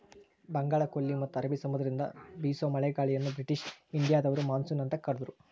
ಬಂಗಾಳಕೊಲ್ಲಿ ಮತ್ತ ಅರಬಿ ಸಮುದ್ರದಿಂದ ಬೇಸೋ ಮಳೆಗಾಳಿಯನ್ನ ಬ್ರಿಟಿಷ್ ಇಂಡಿಯಾದವರು ಮಾನ್ಸೂನ್ ಅಂತ ಕರದ್ರು